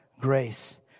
grace